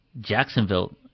Jacksonville